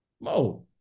Mo